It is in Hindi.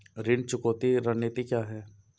ऋण चुकौती रणनीति क्या है?